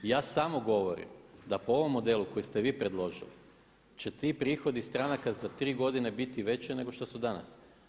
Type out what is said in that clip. Ja samo govorim da po ovom modelu koji ste vi predložili će ti prihodio stranaka za 3 godine biti veći nego što danas.